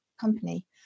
company